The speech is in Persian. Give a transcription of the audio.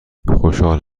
خوشحال